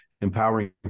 empowering